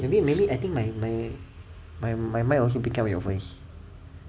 maybe maybe I think my my my mic will keep picking up your voice